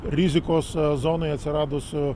rizikos zonoj atsiradusių